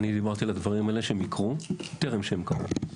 אני דיברתי על הדברים האלה ואמרתי שהם יקרו עוד טרם שהם קרו.